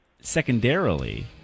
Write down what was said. Secondarily